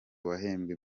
wahembwe